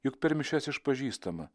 juk per mišias išpažįstame